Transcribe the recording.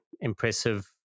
impressive